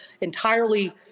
entirely